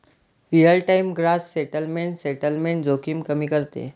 real time gross settlement settlement जोखीम कमी करते